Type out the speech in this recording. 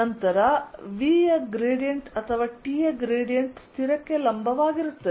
ನಂತರ V ಯ gradient ಅಥವಾ T ಯ ಗ್ರೇಡಿಯಂಟ್ ಸ್ಥಿರಕ್ಕೆ ಲಂಬವಾಗಿರುತ್ತದೆ